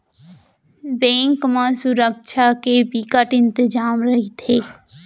bank म सुरक्छा के बिकट इंतजाम रहिथे